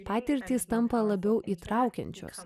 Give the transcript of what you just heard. patirtys tampa labiau įtraukiančios